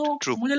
true